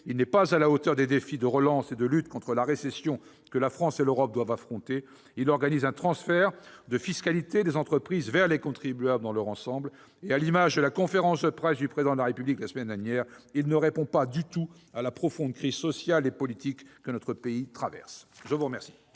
n'est pas à la hauteur des défis de relance et de lutte contre la récession que la France et l'Europe doivent affronter. Il organise un transfert de fiscalité des entreprises vers les contribuables dans leur ensemble. À l'image de la conférence de presse du Président de la République la semaine dernière, il ne répond pas du tout à la profonde crise sociale et politique que notre pays traverse. La parole